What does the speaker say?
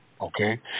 Okay